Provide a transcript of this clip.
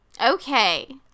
Okay